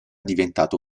diventato